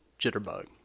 Jitterbug